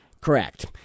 Correct